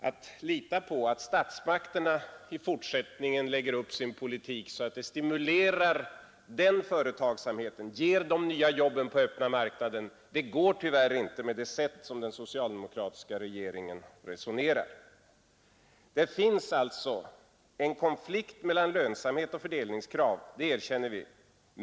Att lita på att statsmakterna i fortsättningen lägger upp sin politik så att den stimulerar denna företagsamhet och ger de nya jobben på öppna marknaden går tyvärr inte med tanke på det sätt som den socialdemokratiska regeringen resonerar på. Det finns alltså en konflikt mellan lönsamhet och fördelningskrav — det erkänner vi.